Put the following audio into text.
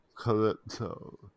Calypso